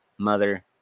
mother